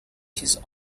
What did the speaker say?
his